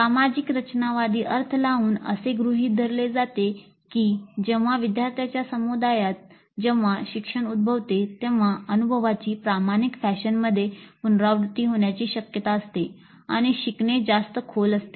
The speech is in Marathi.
सामाजिक रचनावादी अर्थ लावून असे गृहित धरले जाते की जेव्हा विदयार्थ्यांच्या समुदायात जेव्हा शिक्षण उद्भवते तेव्हा अनुभवाची प्रामाणिक फॅशनमध्ये पुनरावृत्ती होण्याची शक्यता असते आणि शिकणे जास्त खोल असते